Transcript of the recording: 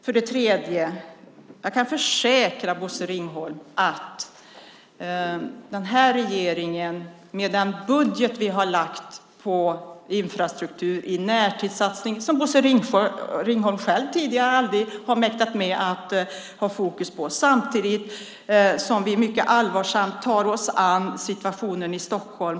För det tredje kan jag försäkra Bosse Ringholm att den här regeringen har lagt fram en budget med en närtidssatsning på infrastruktur, något som Bosse Ringholm själv tidigare aldrig har mäktat med att ha fokus på, samtidigt som vi mycket allvarsamt tar oss an situationen i Stockholm.